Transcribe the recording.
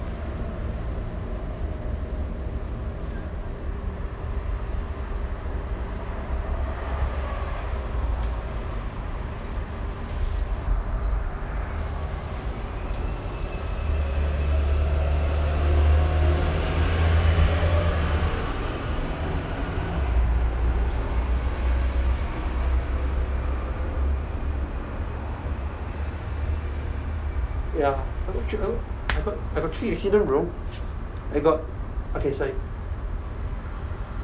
ya I th~ I got three incidents bro I got okay sorry